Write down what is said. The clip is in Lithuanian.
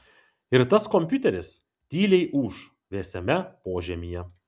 ir tas kompiuteris tyliai ūš vėsiame požemyje